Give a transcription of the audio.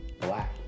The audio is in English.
black